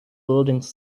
buildings